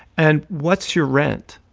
and what's your rent?